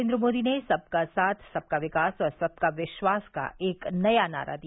नरेंद्र मोदी ने सबका साथ सबका विकास और सबका विश्वास का एक नया नारा दिया